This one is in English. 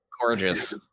Gorgeous